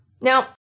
Now